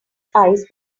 eyes